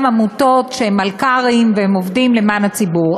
עמותות שהן מלכ"רים והן עובדות למען הציבור.